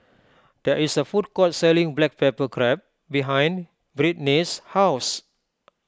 there is a food court selling Black Pepper Crab behind Brittnay's house